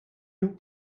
you